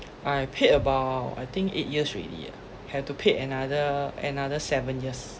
I paid about I think eight years already ah have to pay another another seven years